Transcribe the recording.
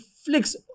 Flicks